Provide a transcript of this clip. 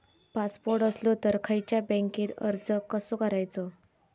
Passport असलो तर खयच्या बँकेत अर्ज कसो करायचो?